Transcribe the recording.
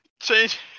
Change